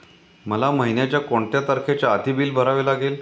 मला महिन्याचा कोणत्या तारखेच्या आधी बिल भरावे लागेल?